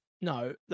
No